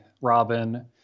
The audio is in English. Robin